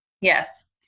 Yes